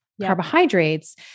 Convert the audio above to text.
carbohydrates